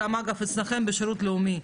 אגב גם אצלכם בשירות לאומי,